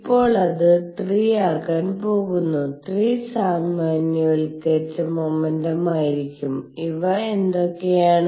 ഇപ്പോൾ അത് 3 ആകാൻ പോകുന്നു 3 സാമാന്യവൽക്കരിച്ച മൊമെന്റെയായിരിക്കും ഇവ എന്തൊക്കെയാണ്